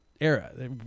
era